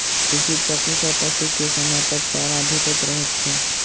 कृषि चक्र सॅ पशु के समयपर चारा भेटैत रहैत छै